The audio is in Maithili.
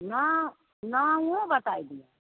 नाम नामो बता दिअ